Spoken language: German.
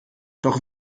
doch